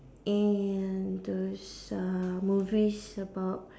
and those uh movies about